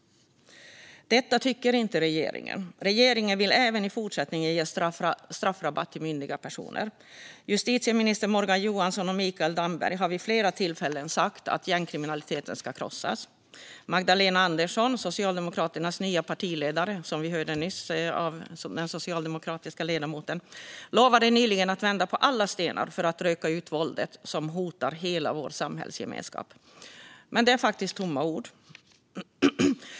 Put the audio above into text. Detta tycker inte regeringen. Regeringen vill även i fortsättningen ge straffrabatt till myndiga personer. Justitieminister Morgan Johansson och Mikael Damberg har vid flera tillfällen sagt att gängkriminaliteten ska krossas. Som vi hörde nyss av den socialdemokratiska ledamoten lovade Magdalena Andersson, Socialdemokraternas nya partiledare, nyligen att vända på alla stenar för att röka ut våldet som hotar hela vår samhällsgemenskap. Men det är faktiskt tomma ord.